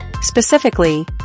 Specifically